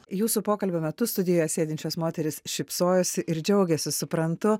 jūsų pokalbio metu studijoje sėdinčios moterys šypsojosi ir džiaugėsi suprantu